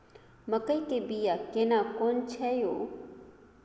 मकई के बिया केना कोन छै यो?